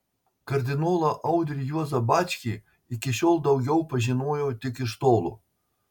kardinolą audrį juozą bačkį iki šiol daugiau pažinojau tik iš tolo